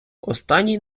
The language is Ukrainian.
останній